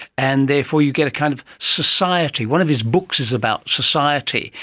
and therefore you get a kind of society. one of his books is about society.